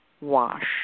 Wash